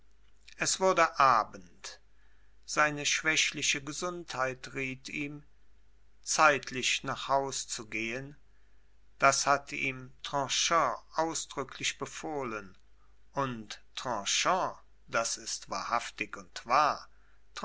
es wurde abend seine schwächliche gesundheit riet ihm zeitlich nach haus zu gehen das hatte ihm tronchin ausdrücklich befohlen und tronchin das ist wahrhaftig und wahr